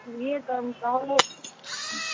নিয়ে তা তাহলে